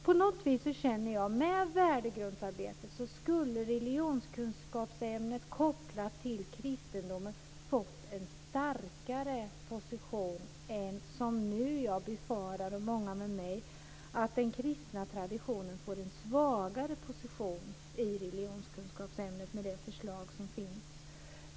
På något vis känner jag att med värdegrundsarbetet skulle religionskunskapsämnet, kopplat till kristendomen, ha fått en starkare position än som jag, och många med mig, nu befarar blir fallet, nämligen att den kristna traditionen får en svagare position i religionskunskapsämnet i och med det förslag som föreligger.